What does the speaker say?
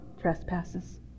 trespasses